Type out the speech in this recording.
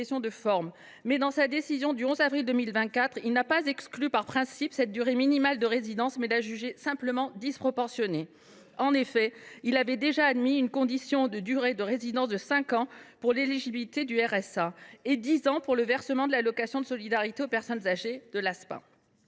de forme. Non ! Dans sa décision du 11 avril 2024, il n’a pas exclu par principe cette durée minimale de résidence, qu’il a jugée simplement disproportionnée. C’est vide ! En effet, il avait déjà admis une condition de durée de résidence de cinq ans pour l’éligibilité au RSA et de dix ans pour le versement de l’allocation de solidarité aux personnes âgées (Aspa).